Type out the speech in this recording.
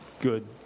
good